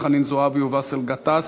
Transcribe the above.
חנין זועבי ובאסל גטאס,